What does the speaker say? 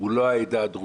הוא לא העדה הדרוזית,